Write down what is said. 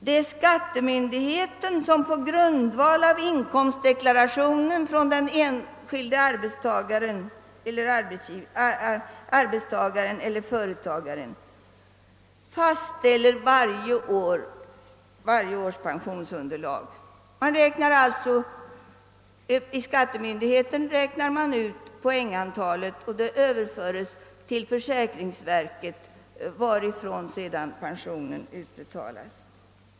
Det är skattemyndigheten som på grundval av inkomstdeklarationen från den enskilde arbetstagaren eller företagaren varje år fastställer årets pensionsunderlag. Skattemyndigheten räknar alltså ut poängtalet och uppgiften överförs till försäkringsverket, varifrån pensionen sedan utbetalas.